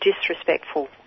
disrespectful